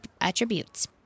attributes